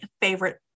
favorite